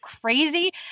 crazy